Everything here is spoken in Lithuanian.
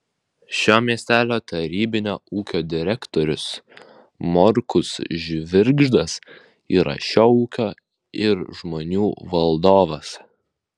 šio miestelio tarybinio ūkio direktorius morkus žvirgždas yra šio ūkio ir žmonių valdovas